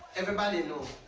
everybody know.